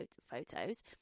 photos